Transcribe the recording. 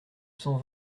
cent